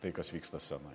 tai kas vyksta scenoje